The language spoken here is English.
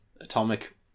atomic